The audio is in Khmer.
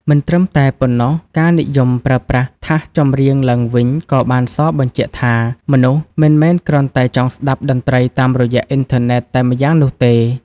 មិនត្រឹមតែប៉ុណ្ណោះ ការនិយមប្រើប្រាស់ថាសចម្រៀងឡើងវិញ ក៏បានសបញ្ជាក់ថា មនុស្សមិនមែនគ្រាន់តែចង់ស្តាប់តន្ត្រីតាមរយៈអ៊ីនធឺណិតតែម្យ៉ាងនោះទេ។